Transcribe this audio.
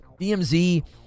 DMZ